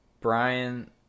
Brian